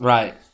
Right